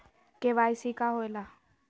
KYC का होवेला?